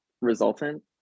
resultant